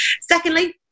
Secondly